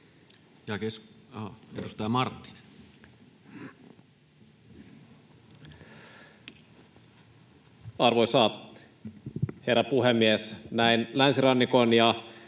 Arvoisa herra puhemies! Näin länsirannikon ja